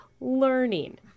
learning